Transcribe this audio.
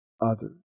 others